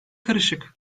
karışık